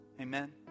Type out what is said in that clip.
Amen